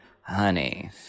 honey